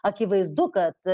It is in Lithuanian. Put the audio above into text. akivaizdu kad